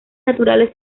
naturales